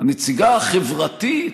הנציגה החברתית,